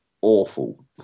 awful